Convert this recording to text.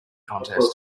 contest